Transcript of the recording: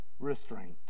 Restraint